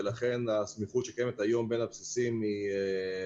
ולכן הסמיכות שקיימת היום בין הבסיסים עובדת.